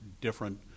different –